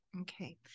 Okay